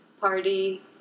party